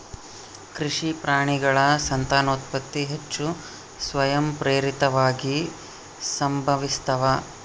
ಕೃಷಿ ಪ್ರಾಣಿಗಳ ಸಂತಾನೋತ್ಪತ್ತಿ ಹೆಚ್ಚು ಸ್ವಯಂಪ್ರೇರಿತವಾಗಿ ಸಂಭವಿಸ್ತಾವ